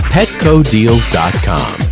PetcoDeals.com